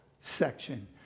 section